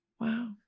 Wow